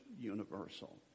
universal